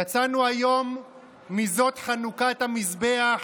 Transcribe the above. יצאנו היום מ"זאת חנוכת המזבח".